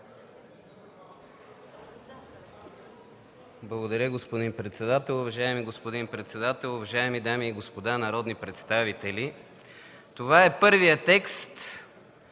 Благодаря, господин председател. Уважаеми господин председател, уважаеми дами и господа народни представители! Това е първият текст,